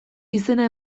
izena